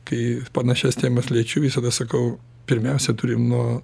kai panašias temas liečiu visada sakau pirmiausia turim nuo